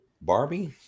Barbie